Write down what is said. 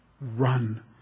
Run